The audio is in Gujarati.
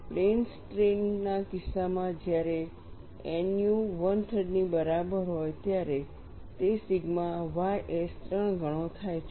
પ્લેન સ્ટ્રેઇન ના કિસ્સામાં જ્યારે nu 13 ની બરાબર હોય ત્યારે તે સિગ્મા ys 3 ગણો થાય છે